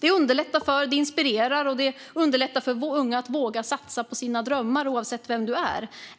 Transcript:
Det inspirerar, och det underlättar för unga att våga satsa på sina drömmar, oavsett vem man är.